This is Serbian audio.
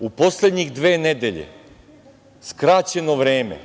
u poslednjih dve nedelje, skraćeno vreme.